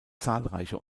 zahlreiche